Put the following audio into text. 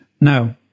no